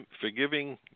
forgiving